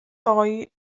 doi